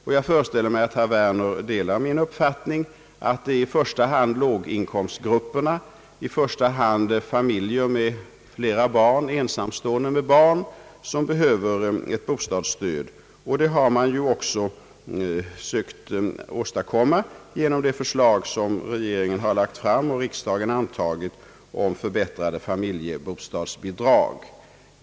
Och jag föreställer mig att herr Werner delar min uppfattning att det i första hand är låginkomstgrupperna, familjer med flera barn och ensamstående med barn som behöver ett bostadsstöd. Ett sådant har vi ju också sökt åstadkomma genom det förslag som regeringen lagt fram och som riksdagen antagit om förbättrade familjebostadsbidrag.